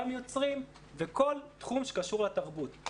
גם יוצרים וכל תחום שקשור לתרבות.